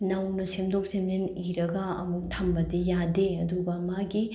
ꯅꯧꯅ ꯁꯦꯝꯗꯣꯛ ꯁꯦꯝꯖꯤꯟ ꯏꯔꯒ ꯑꯃꯨꯛ ꯊꯝꯕꯗꯤ ꯌꯥꯗꯦ ꯑꯗꯨꯒ ꯃꯥꯒꯤ